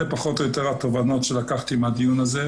אלה פחות או יותר התובנות שלקחתי מהדיון הזה,